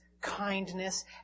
kindness